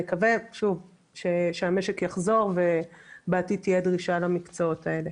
נקווה שהמשק יחזור ובעתיד תהיה דרישה למקצועות האלה.